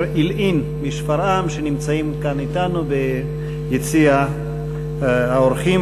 אלעין משפרעם שנמצאים כאן אתנו ביציע האורחים.